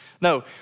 No